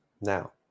Now